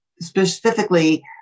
specifically